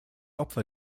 opfer